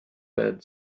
bed